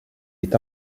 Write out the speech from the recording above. est